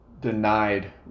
denied